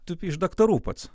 tu iš daktarų pats